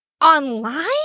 online